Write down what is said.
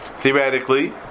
Theoretically